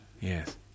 Yes